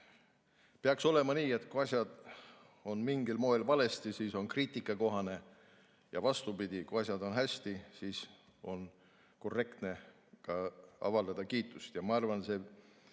Peaks olema nii, et kui asjad on mingil moel valesti, siis on kriitika kohane, ja vastupidi, kui asjad on hästi, siis on korrektne avaldada kiitust. Ma arvan, et see otsus,